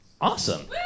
Awesome